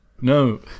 No